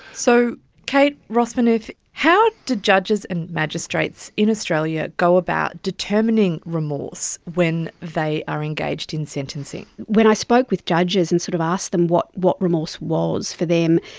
so kate rossmanith, how do judges and magistrates in australia go about determining remorse when they are engaged in sentencing? when i spoke with judges and sort of asked them what what remorse was for them,